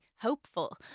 hopeful